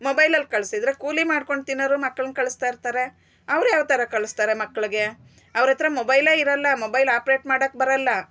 ಮೊಬೈಲಲ್ ಕಳ್ಸಿದ್ರೆ ಕೂಲಿ ಮಾಡ್ಕೊಂಡ್ ತಿನ್ನೋರು ಮಕ್ಳನ್ ಕಳಿಸ್ತಾ ಇರ್ತಾರೆ ಅವ್ರ್ ಯಾವ್ ತರ ಕಳ್ಸ್ತಾರೆ ಮಕ್ಳಿಗೆ ಅವ್ರತ್ರ ಮೊಬೈಲೆ ಇರಲ್ಲ ಮೊಬೈಲ್ ಆಪ್ರೇಟ್ ಮಾಡಕ್ ಬರಲ್ಲ